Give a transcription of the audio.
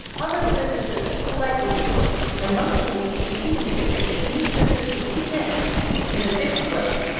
other physicists politely ignored him. and most believed the competing theory that used statistical mechanics in a different way,